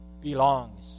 belongs